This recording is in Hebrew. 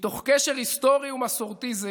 מתוך קשר היסטורי ומסורתי זה